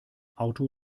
auto